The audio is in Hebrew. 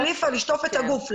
ליפה, לשטוף את הגוף.